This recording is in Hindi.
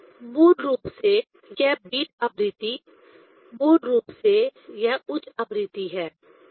और मूल रूप से यह बीट आवृत्ति मूल रूप से यह उच्च आवृत्ति है